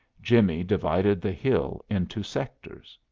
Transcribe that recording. jimmie divided the hill into sectors.